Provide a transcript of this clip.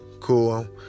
Cool